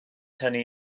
tynnu